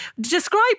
describe